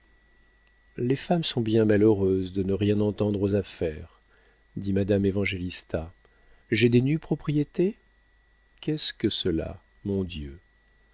les femmes sont bien malheureuses de ne rien entendre aux affaires dit madame évangélista j'ai des nues propriétés qu'est-ce que cela mon dieu